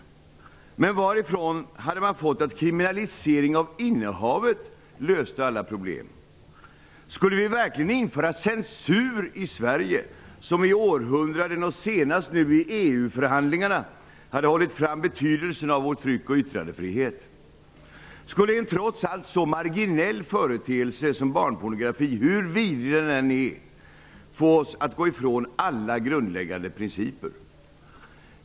Men varifrån hade man fått att kriminalisering av innehavet löste alla problem? Skulle vi verkligen införa censur i Sverige som i århundraden, och senast nu i EU förhandlingarna, hållit fram betydelsen av vår tryck och yttrandefrihet? Skulle en trots allt så marginell företeelse som barnpornografi, hur vidrig den än är, få oss att gå ifrån alla grundläggande principer?